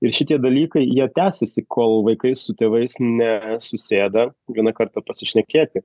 ir šitie dalykai jie tęsiasi kol vaikai su tėvais nesusėda vieną kartą pasišnekėti